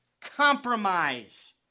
compromise